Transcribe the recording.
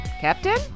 Captain